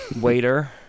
waiter